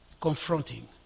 Confronting